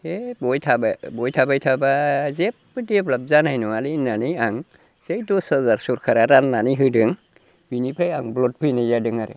ए बहाय थाबाय थाब्ला जेबो डेभेलब जानाय नङालै होननानै आं दसहाजार सरखारा राननानै होदों बिनिफ्राय आं ब्लद फैनाय जादों आरो